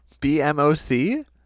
BMOC